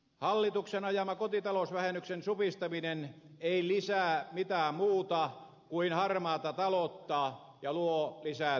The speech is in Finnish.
hallituksen ajama kotitalousvähennyksen supistaminen ei lisää mitään muuta kuin harmaata taloutta ja luo lisää työttömyyttä